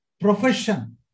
profession